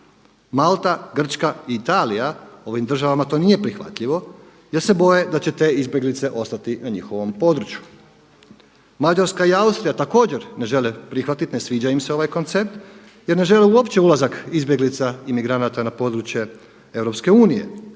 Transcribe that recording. Malta, Grčka i Italija ovim državama to nije prihvatljivo jer se boje da će te izbjeglice ostati na njihovom području. Mađarska i Austrija također ne žele prihvatiti, ne sviđa im se ovaj koncept jer ne žele uopće ulazak izbjeglica i migranata na područje EU